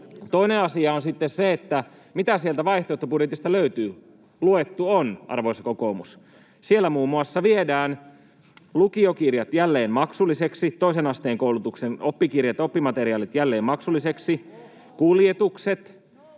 Toinen asia on sitten se, mitä sieltä vaihtoehtobudjetista löytyy. Luettu on, arvoisa kokoomus. Siellä muun muassa viedään lukiokirjat jälleen maksullisiksi, toisen asteen koulutuksen oppikirjat ja oppimateriaalit jälleen maksullisiksi, kuljetukset.